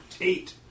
Eight